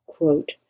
Quote